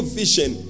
vision